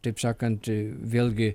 taip sakant vėlgi